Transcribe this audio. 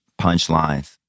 punchlines